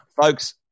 Folks